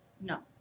no